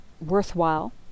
worthwhile